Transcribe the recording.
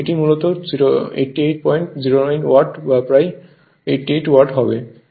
সুতরাং এটি মূলত 8809 ওয়াট বা প্রায় 88 ওয়াট